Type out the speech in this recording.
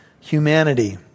humanity